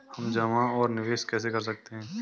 हम जमा और निवेश कैसे कर सकते हैं?